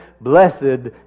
Blessed